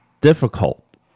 difficult